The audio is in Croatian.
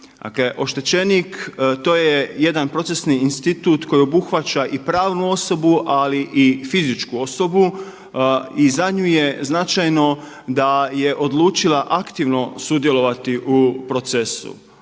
oštečenik to je jedan procesni institut koji obuhvaća i pravnu osobu, ali i fizičku osobu i za nju je značajno da je odlučila aktivno sudjelovati u procesu